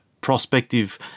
prospective